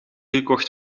gekocht